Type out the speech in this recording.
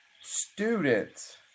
students